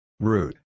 Root